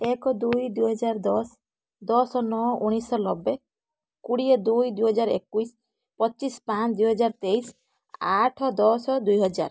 ଏକ ଦୁଇ ଦୁଇ ହଜାର ଦଶ ଦଶ ନଅ ଉଣେଇଶହ ନବେ କୋଡ଼ିଏ ଦୁଇ ଦୁଇ ହଜାର ଏକୋଇଶି ପଚିଶ ପାଞ୍ଚ ଦୁଇ ହଜାର ତେଇଶି ଆଠ ଦଶ ଦୁଇ ହଜାର